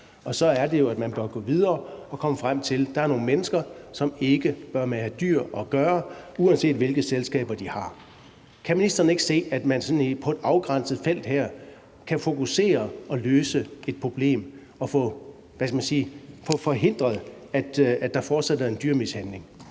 og så er det jo, at man bør gå videre og komme frem til, at der er nogle mennesker, som ikke bør have med dyr at gøre, uanset hvilke selskaber de har. Kan ministeren ikke se, at man på et afgrænset felt her kan fokusere og løse et problem og få forhindret, at der fortsat foregår dyremishandling?